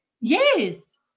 Yes